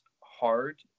hard